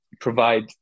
provide